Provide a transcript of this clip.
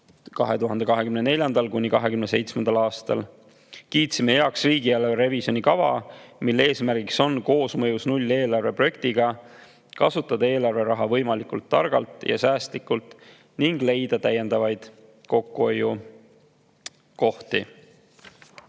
2024.–2027. aastal. Kiitsime heaks riigieelarve revisjoni kava, mille eesmärk on koosmõjus nulleelarve projektiga kasutada eelarve raha võimalikult targalt ja säästlikult ning leida täiendavaid kokkuhoiukohti.